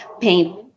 paint